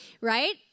right